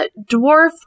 dwarf